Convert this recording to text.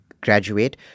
graduate